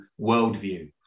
worldview